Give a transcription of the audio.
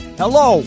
hello